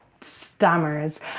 stammers